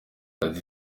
yagize